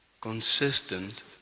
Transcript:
consistent